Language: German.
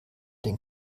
den